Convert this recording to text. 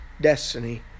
destiny